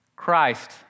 Christ